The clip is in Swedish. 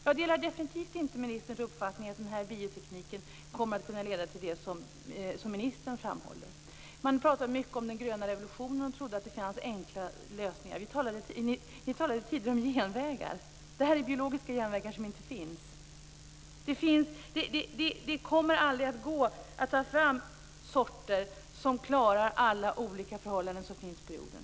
Jag delar definitivt inte ministerns uppfattning att biotekniken kommer att kunna leda till det som hon framhåller. Man har pratat mycket om den gröna revolutionen och trott att det har funnits enkla lösningar. Det talades tidigare om genvägar. Detta är biologiska genvägar som inte finns. Det kommer aldrig att gå att ta fram sorter som klarar alla olika förhållanden som finns på jorden.